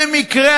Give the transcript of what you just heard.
במקרה,